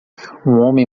homem